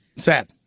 Sad